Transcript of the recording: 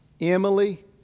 Emily